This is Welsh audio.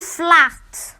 fflat